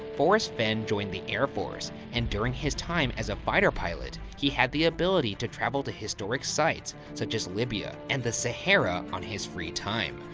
forrest fenn joined the air force, and during his time as a fighter pilot, he had the ability to travel to historic sites such as libya and the sahara, on his free time.